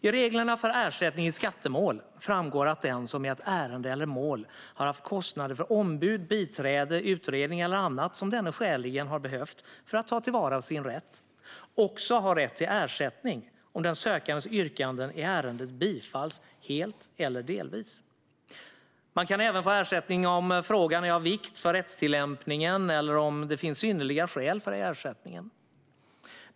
I reglerna för ersättning i skattemål framgår att den som i ett ärende eller mål har haft kostnader för ombud, biträde, utredning eller annat som denne skäligen har behövt för att ta till vara sin rätt också har rätt till ersättning om den sökandes yrkanden i ärendet bifalls helt eller delvis. Man kan även få ersättning om frågan är av vikt för rättstillämpningen eller om det finns synnerliga skäl för ersättningen.